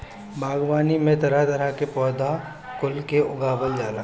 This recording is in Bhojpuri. बागवानी में तरह तरह के पौधा कुल के उगावल जाला